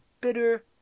bitter